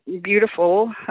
beautiful